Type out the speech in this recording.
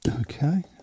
Okay